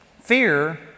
Fear